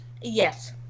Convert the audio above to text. Yes